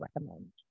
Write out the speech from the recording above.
recommend